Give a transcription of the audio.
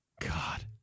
God